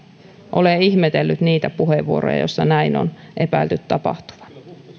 olen ihmetellyt niitä puheenvuoroja joissa näin on epäilty tapahtuvan